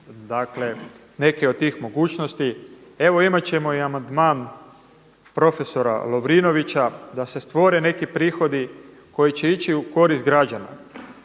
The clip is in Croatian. dakle neke od tih mogućnosti. Evo imat ćemo i amandman profesora Lovrinovića da se stvore neki prihodio koji će ići u korist građana.